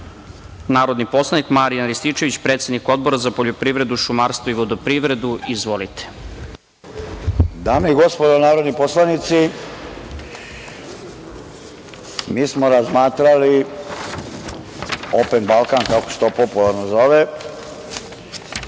narodni poslanik Marijan Rističević, predsednik Odbora za poljoprivredu, šumarstvo i vodoprivredu. Izvolite. **Marijan Rističević** Dame i gospodo narodni poslanici, mi smo razmatrali „Open Balkan“, kako se to popularno zove,